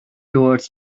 towards